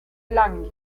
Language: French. lang